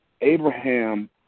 Abraham